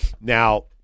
Now